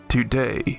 Today